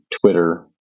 Twitter